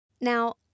Now